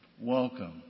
Welcome